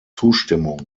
zustimmung